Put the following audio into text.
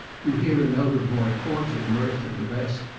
you hear a note of more cordial mirth than the rest,